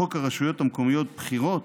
חוק הרשויות המקומיות (בחירות)